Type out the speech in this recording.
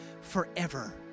forever